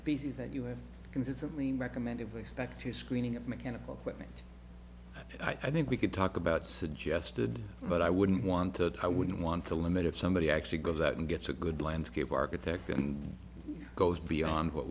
species that you have consistently recommended respect to screening of mechanical equipment i think we could talk about suggested but i wouldn't want to i wouldn't want to limit if somebody actually goes out and gets a good landscape architect and goes beyond what